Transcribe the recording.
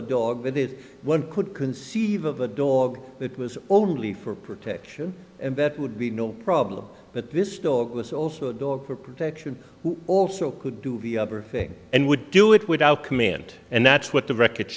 that it one could conceive of a dog that was only for protection and that would be no problem but this still this also dog for protection who also could do the other thing and would do it without command and that's what the record